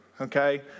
okay